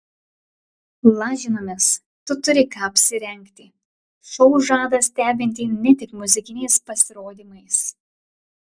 lažinamės tu turi ką apsirengti šou žada stebinti ne tik muzikiniais pasirodymais